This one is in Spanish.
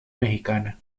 mexicana